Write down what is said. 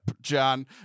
John